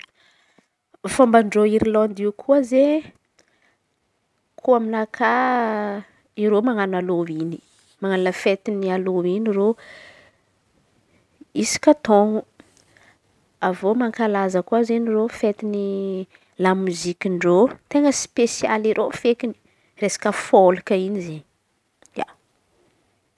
fomban-dreo Irlandy io koa zey. Ko aminakà ireo manao alôhin manan̈o la fety alôhin'ireo isaka taôna. Avy eo mankalaza koa izen̈y reo fetin'ny lamozikin-dreo ten̈a spesialy ireo fety resaka folka in̈y ia.